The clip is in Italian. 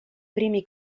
primi